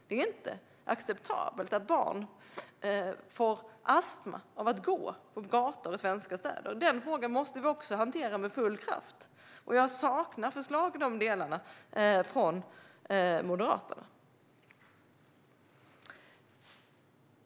Det är inte acceptabelt att barn får astma av att gå på gator i svenska städer. Den frågan måste vi också hantera med full kraft. Jag saknar förslag i de delarna från Moderaterna.